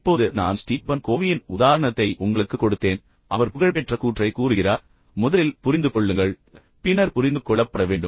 இப்போது நான் ஸ்டீபன் கோவியின் உதாரணத்தை உங்களுக்குக் கொடுத்தேன் பின்னர் அவர் புகழ்பெற்ற கூற்றை கூறுகிறார் முதலில் புரிந்துகொள்ளத் தேடுங்கள் பின்னர் புரிந்து கொள்ளப்பட வேண்டும்